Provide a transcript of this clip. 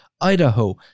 Idaho